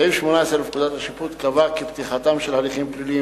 סעיף 18 לפקודת השיפוט קבע כי פתיחתם של הליכים פליליים